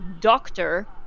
doctor